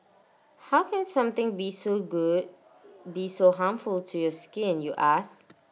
how can something be so good be so harmful to your skin you ask